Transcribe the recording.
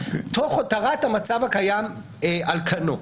תוך הותרת המצב הקיים על כנו.